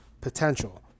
potential